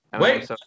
Wait